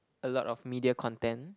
a lot of media content